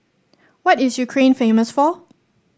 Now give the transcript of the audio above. what is Ukraine famous for